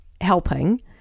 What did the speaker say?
helping